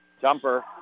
Jumper